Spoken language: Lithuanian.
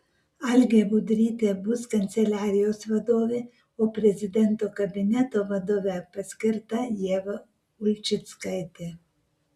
algė budrytė bus kanceliarijos vadovė o prezidento kabineto vadove paskirta ieva ulčickaitė